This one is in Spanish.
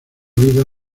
vida